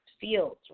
fields